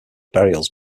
burials